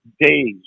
days